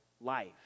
life